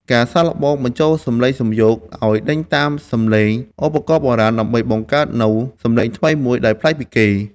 ការសាកល្បងបញ្ចូលសំឡេងសំយោគ ឱ្យដេញតាមសំឡេងឧបករណ៍បុរាណ ដើម្បីបង្កើតនូវសំឡេងថ្មីមួយដែលប្លែកពីគេ។